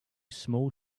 small